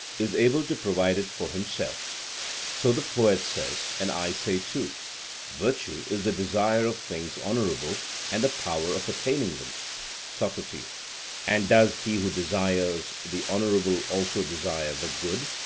is able to provide it for himself so the poet says, and i say too virtue is the desire of things honourable and the power of attaining them socrates and does he who desires the honourable also desire the good?